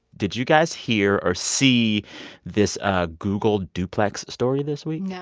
did you guys hear or see this ah google duplex story this week? yeah